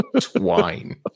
twine